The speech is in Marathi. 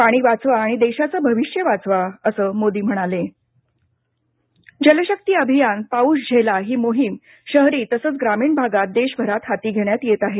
पाणी वाचवा आणि देशाचं भविष्य वाचवा असं मोदी म्हणाले जल शक्ति अभियानः पाऊस झेला ही मोहीम शहरी तसंच ग्रामीण भागात देशभरात हाती घेण्यात येत आहे